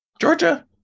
Georgia